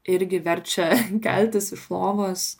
irgi verčia keltis iš lovos